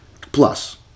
Plus